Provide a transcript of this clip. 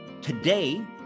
today